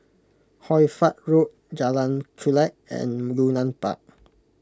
Hoy Fatt Road Jalan Chulek and Yunnan Park